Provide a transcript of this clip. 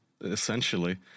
essentially